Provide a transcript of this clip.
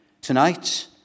tonight